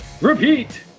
Repeat